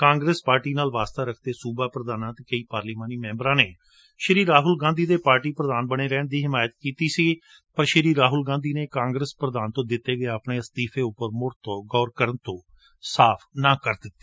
Congress party ਨਾਲ ਵਾਸਤਾ ਰਖਦੇ ਸੁਬਾ ਪ੍ਰਧਾਨਾਂ ਅਤੇ ਕਈ ਪਾਰਲੀਮਾਨੀ ਮੈ'ਬਰਾਂ ਨੇ ਰਾਹੁਲ ਗਾਂਧੀ ਦੇ ਪਾਰਟੀ ਪ੍ਰਧਾਨ ਬਣੇ ਰਹਿਣ ਦੀ ਹਿਮਾਇਤ ਕੀਤੀ ਪਰ ਰਾਹੁਲ ਗਾਂਧੀ ਨੇ ਕਾਂਗਰਸ ਪ੍ਰਧਾਨ ਤੋਂ ਦਿੱਤੇ ਗਏ ਆਪਣੇ ਅਸਤੀਫ਼ੇ ਉਪਰ ਮੁੜ ਤੋਂ ਗੌਰ ਕਰਨ ਤੋਂ ਸਾਫ ਨਾਂਹ ਕਰ ਦਿੱਤੀ